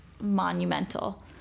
monumental